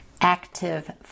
Active